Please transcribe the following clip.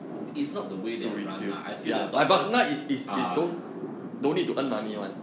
it's not the way they are run lah I feel like dorman ah